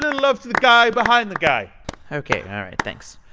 love to the guy behind the guy ok all right. thanks.